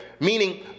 Meaning